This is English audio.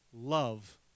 love